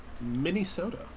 Minnesota